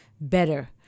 better